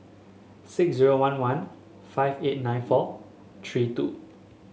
six zero one one five eight nine four three two